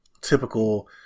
typical